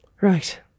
right